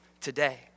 today